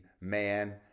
man